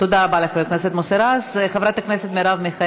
תודה רבה לחבר הכנסת מוסי